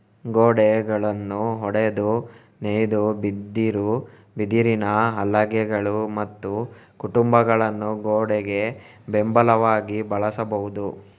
ಗೋಡೆಗಳನ್ನು ಒಡೆದು ನೇಯ್ದ ಬಿದಿರು, ಬಿದಿರಿನ ಹಲಗೆಗಳು ಮತ್ತು ಕಂಬಗಳನ್ನು ಗೋಡೆಗೆ ಬೆಂಬಲವಾಗಿ ಬಳಸಬಹುದು